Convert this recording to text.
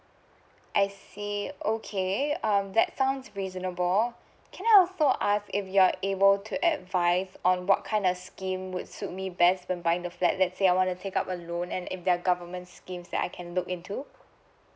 I see okay um that sounds reasonable can I also ask if you're able to advise on what kind of scheme would suit me best when buying the flat let's say I wanna take up a loan and if there are governments scheme that I can look into